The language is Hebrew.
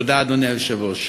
תודה, אדוני היושב-ראש.